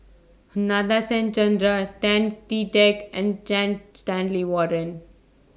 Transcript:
Nadasen Chandra Tan Chee Teck and Jan Stanley Warren